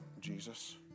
Jesus